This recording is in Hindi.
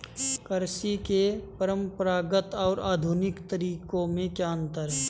कृषि के परंपरागत और आधुनिक तरीकों में क्या अंतर है?